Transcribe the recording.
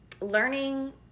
learning